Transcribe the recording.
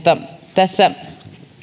tässä